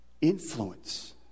influence